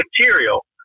material